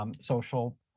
social